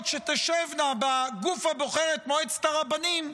שתשבנה בגוף הבוחר את מועצת הרבנים,